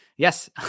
Yes